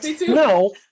No